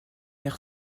mer